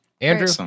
Andrew